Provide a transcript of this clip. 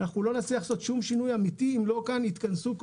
אנחנו לא נצליח לעשות שום שינוי אמיתי אם לא יתכנסו כאן